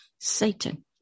Satan